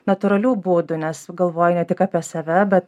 natūralių būdų nes galvoji ne tik apie save bet